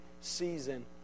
season